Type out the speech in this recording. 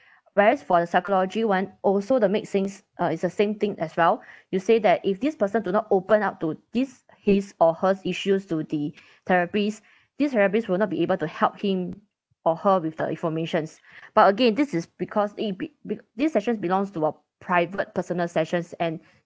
whereas for the psychology [one] also the make things uh it's the same thing as well you said that if this person do not open up to this his or her issues to the therapists these therapists will not be able to help him or her with the informations but again this is because i~ bec~ bec~ these sessions belongs to a private personal sessions and